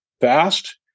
fast